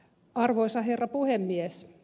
arvoisa herra puhemies